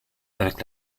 avec